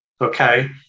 Okay